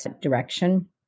direction